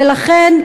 ולכן,